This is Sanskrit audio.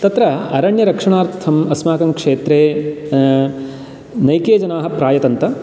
तत्र अरण्यरक्षणार्थम् अस्माकङ्क्षेत्रे अनेके जनाः प्रायतन्त